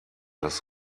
das